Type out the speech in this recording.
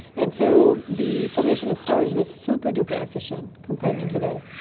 and so the formation of stars was super-duper efficient compared to today.